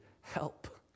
help